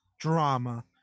drama